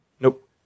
Nope